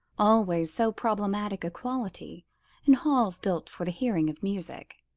always so problematic quality in halls built for the hearing of music.